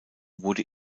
wurde